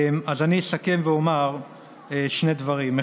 אז אני אסכם ואומר שני דברים: